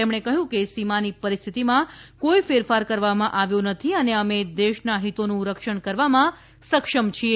તમણે કહ્યું કે સીમાની પરિસ્થિતિમાં કોઇ ફેરફાર કરવામાં આવ્યો નથી અને અમે દેશના હિતોનું રક્ષણ કરવામાં સક્ષમ છીએ